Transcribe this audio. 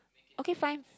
okay fine